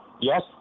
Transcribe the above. Yes